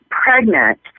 pregnant